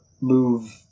move